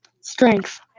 Strength